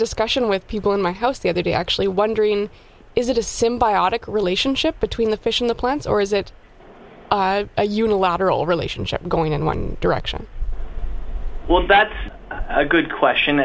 discussion with people in my house the other day actually wondering is it a symbiotic relationship between the fish and the plants or is it a unilateral relationship going in one direction well that's a good question